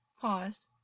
paused